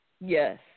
Yes